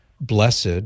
blessed